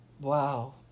wow